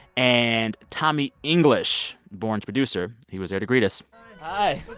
and tommy english, borns' producer he was there to greet us hi,